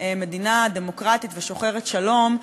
מדינה דמוקרטית ושוחרת שלום,